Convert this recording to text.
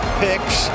picks